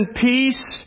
peace